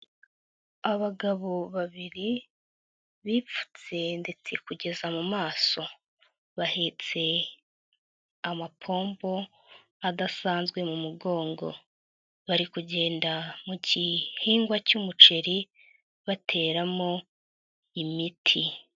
Abagabo babiri bipfutse ndetse kugeza mu maso. Bahetse amapombo adasanzwe mu mugongo. Bari kugenda mu gihingwa cy'umuceri bateramo imiti.